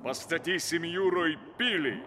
pastatysim jūroj pilį